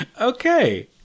Okay